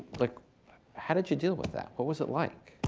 like how did you deal with that? what was it like?